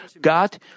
God